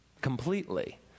completely